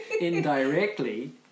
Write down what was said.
indirectly